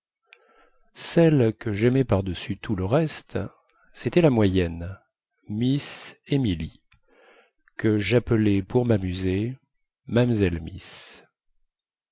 celle que jaimais par-dessus tout le reste cétait la moyenne miss emily que jappelais pour mamuser mamzelle miss